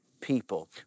people